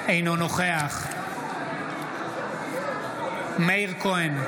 אינו נוכח מאיר כהן,